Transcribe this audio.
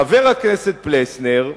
חבר הכנסת פלסנר,